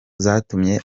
zatumye